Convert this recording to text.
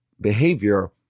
behavior